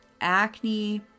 acne